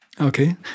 Okay